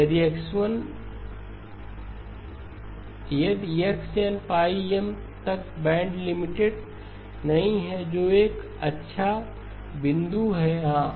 यदि x n M तक band limited नहीं है जो एक अच्छा बिंदु है हाँ